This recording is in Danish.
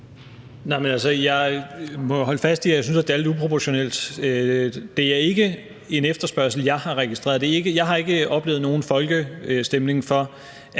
jeg også synes, det er lidt uproportionalt. Det er ikke en efterspørgsel, jeg har registreret, jeg har ikke oplevet nogen folkestemning for,